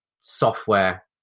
software